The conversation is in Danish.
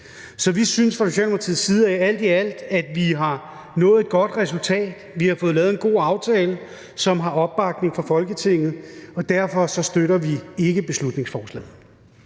Så vi synes fra Socialdemokratiets side, at vi alt i alt har nået et godt resultat. Vi har fået lavet en god aftale, som har opbakning fra Folketinget, og derfor støtter vi ikke beslutningsforslaget.